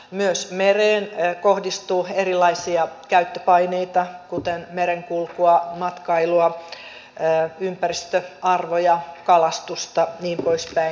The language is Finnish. myös mereen kohdistuu erilaisia käyttöpaineita kuten merenkulkua matkailua ympäristöarvoja kalastusta niin poispäin